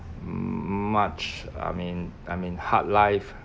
m~ much I mean I mean hard life